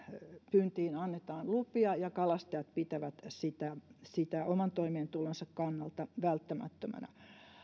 pyyntiin annetaan lupia ja kalastajat pitävät sitä sitä oman toimeentulonsa kannalta välttämättömänä